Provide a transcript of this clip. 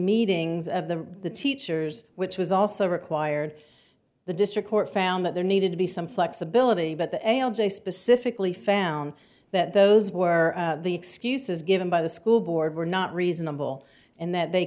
meetings of the teachers which was also required the district court found that there needed to be some flexibility but the a l j specifically found that those were the excuses given by the school board were not reasonable and that they